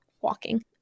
walking